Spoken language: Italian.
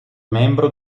membro